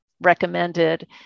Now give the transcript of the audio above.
recommended